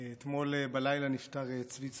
אתמול בלילה נפטר צבי צמרת,